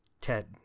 Ted